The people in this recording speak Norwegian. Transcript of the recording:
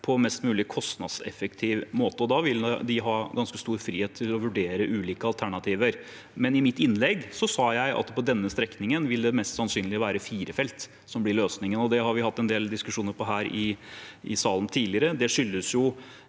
en mest mulig kostnadseffektiv måte. Da vil de ha ganske stor frihet til å vurdere ulike alternativer. Men i mitt innlegg sa jeg at på denne strekningen vil det mest sannsynlig være fire felt som blir løsningen. Det har vi hatt en del diskusjoner om her i salen tidligere.